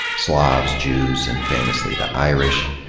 slavs, jews, and famously the irish.